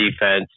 defense